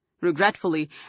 regretfully